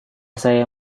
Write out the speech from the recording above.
saya